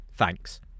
Thanks